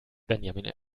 benjamin